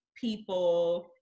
people